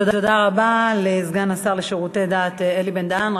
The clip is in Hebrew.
תודה רבה לסגן השר לשירותי דת אלי בן-דהן.